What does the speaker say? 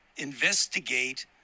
investigate